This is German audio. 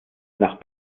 nach